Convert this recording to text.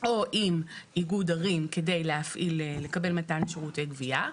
או עם איגוד ערים כדי לקבל מתן שירותי גבייה.